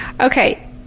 Okay